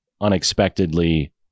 unexpectedly